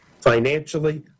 financially